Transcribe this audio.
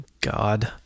God